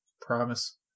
promise